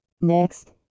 Next